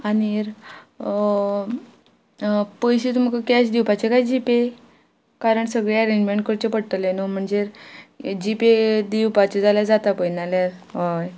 आनीक पयशे तुमका कॅश दिवपाचे काय जी पे कारण सगळे अरेंजमेंट करचें पडटलें न्हू म्हणजेर जी पे दिवपाचे जाल्यार जाता पळय नाल्यार हय